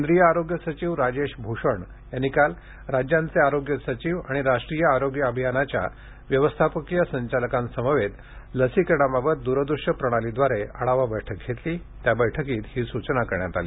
केंद्रीयआरोग्य सचिव राजेश भूषण यांनी काल राज्यांचे आरोग्य सचिव आणि राष्ट्रीय आरोग्यअभियानाच्या व्यवस्थापकीय संचालकांसमवेत लसीकरणाबाबत द्ररदृश्य प्रणालीद्वारे आढावाबैठक घेतली त्या बैठकीत ही सूचना करण्यातआली